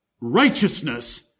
righteousness